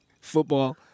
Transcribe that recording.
Football